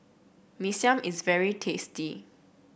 Mee Siam is very tasty